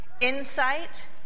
insight